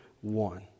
one